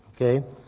Okay